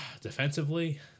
Defensively